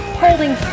holding